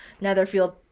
Netherfield